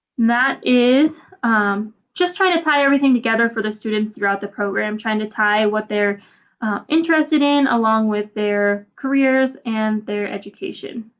that is just try to tie everything together for the students throughout the program, trying to tie what they're interested in along with their careers and their education.